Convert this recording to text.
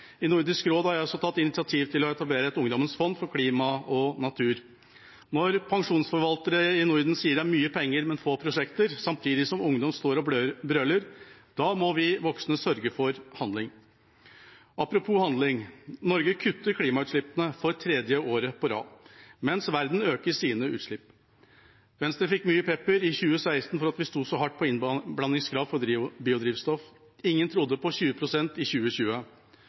I Nordisk råd har jeg også tatt initiativ til å etablere et ungdommens fond for klima og natur. Når pensjonsforvaltere i Norden sier at det er mye penger, men få prosjekter, samtidig som ungdom står og brøler, da må vi voksne sørge for handling. Apropos handling: Norge kutter klimautslippene for tredje året på rad, mens verden øker sine utslipp. Venstre fikk mye pepper i 2016 for at vi sto så hardt på innblandingskrav for biodrivstoff. Ingen trodde på 20 pst. i 2020.